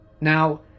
Now